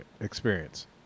experience